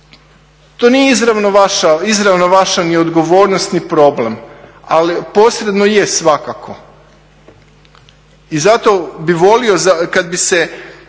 to nije izravno vaša ni odgovornost ni problem, ali posredno je svakako. I zato bih volio kad bi se